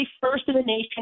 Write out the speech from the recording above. first-in-the-nation